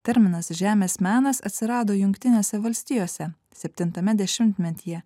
terminas žemės menas atsirado jungtinėse valstijose septintame dešimtmetyje